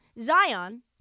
Zion